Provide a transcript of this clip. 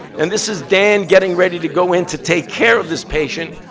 and this is dan getting ready to go in to take care of this patient,